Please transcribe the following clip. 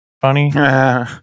funny